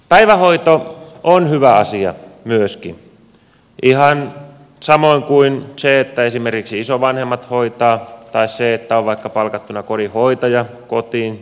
päivähoito on hyvä asia myöskin ihan samoin kuin se että esimerkiksi isovanhemmat hoitavat tai se että on vaikka palkattuna kodinhoitaja kotiin